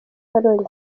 karongi